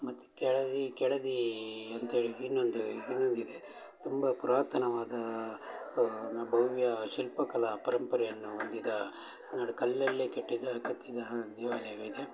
ಮತ್ತು ಕೆಳದಿ ಕೆಳದೀ ಅಂತೇಳಿ ಇನ್ನೊಂದು ಇನ್ನೊಂದು ಇದೆ ತುಂಬ ಪುರಾತನವಾದ ಭವ್ಯ ಶಿಲ್ಪಕಲಾ ಪರಂಪರೆಯನ್ನು ಹೊಂದಿದ ನಡು ಕಲ್ಲಲ್ಲೆ ಕಟ್ಟಿದ ಕೆತ್ತಿದ ಹಾಂ ದೇವಾಲಯವಿದೆ